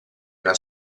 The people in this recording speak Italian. una